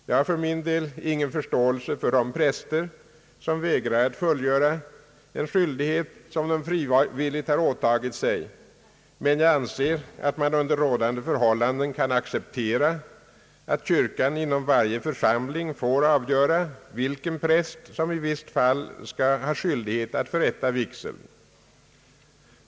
Jag har för min del ingen förståelse för de präster som vägrar att fullgöra en skyldighet som de frivilligt har åtagit sig, men jag anser att man under rådande förhållanden kan acceptera att kyrkan inom varje församling får avgöra vilken präst som i visst fall skall ha skyldighet att förrätta vigseln.